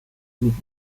nigdy